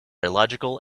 illogical